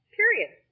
Period